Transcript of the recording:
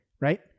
right